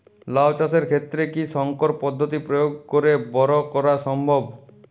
লাও চাষের ক্ষেত্রে কি সংকর পদ্ধতি প্রয়োগ করে বরো করা সম্ভব?